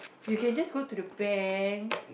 you can just go to the bank